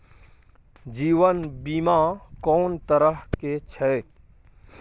जीवन बीमा कोन तरह के छै?